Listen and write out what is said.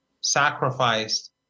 sacrificed